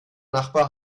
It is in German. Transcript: nachbar